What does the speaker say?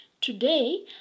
Today